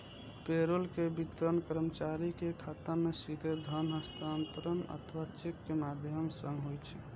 payroll के वितरण कर्मचारी के खाता मे सीधे धन हस्तांतरण अथवा चेक के माध्यम सं होइ छै